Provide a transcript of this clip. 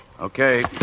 Okay